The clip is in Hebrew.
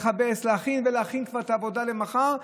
לכבס, ולהכין כבר את העבודה למחר.